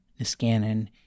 Niskanen